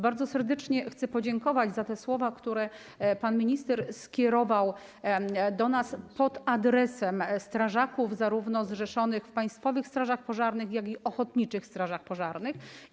Bardzo serdecznie chcę podziękować za te słowa, które pan minister skierował do nas pod adresem strażaków, zrzeszonych zarówno w Państwowej Straży Pożarnej, jak i ochotniczych strażach pożarnych.